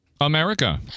America